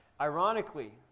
Ironically